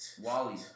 Wally